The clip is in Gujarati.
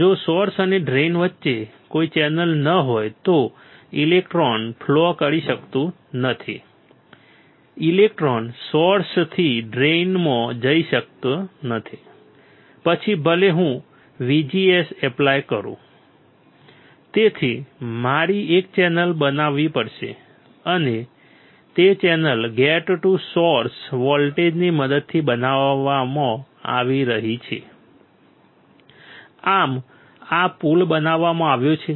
જો સોર્સ અને ડ્રેઇન વચ્ચે કોઈ ચેનલ ન હોય તો ઇલેક્ટ્રોન ફ્લો કરી શકતું નથી ઇલેક્ટ્રોન સોર્સથી ડ્રેઇનમાં જઈ શકતું નથી પછી ભલે હું VGS એપ્લાય કરું તેથી મારે એક ચેનલ બનાવવી પડશે અને તે ચેનલ ગેટ ટુ સોર્સ વોલ્ટેજની મદદથી બનાવવામાં આવી છે આમ આ પુલ બનાવવામાં આવ્યો છે